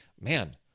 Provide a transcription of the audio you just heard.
Man